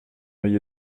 oeil